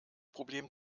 problem